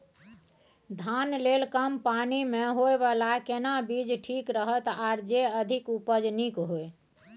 धान लेल कम पानी मे होयबला केना बीज ठीक रहत आर जे अधिक उपज नीक होय?